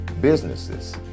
businesses